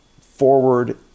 forward